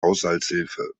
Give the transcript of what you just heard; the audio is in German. haushaltshilfe